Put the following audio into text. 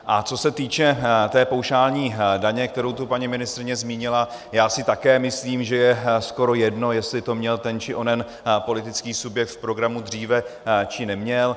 A co se týče té paušální daně, kterou tu paní ministryně zmínila, já si také myslím, že je skoro jedno, jestli to měl ten či onen politický subjekt v programu dříve či neměl.